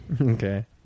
Okay